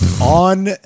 on